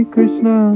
Krishna